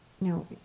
no